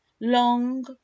long